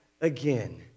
again